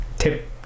Tip